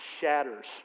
shatters